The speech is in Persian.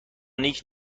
نیک